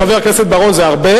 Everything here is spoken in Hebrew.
חבר הכנסת בר-און,